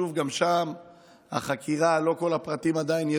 שוב, גם שם החקירה, עדיין לא כל הפרטים ידועים,